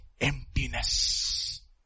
emptiness